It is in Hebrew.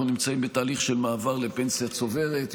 אנחנו נמצאים בתהליך של מעבר לפנסיה צוברת,